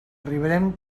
arribarem